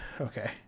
okay